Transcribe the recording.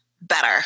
better